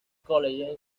college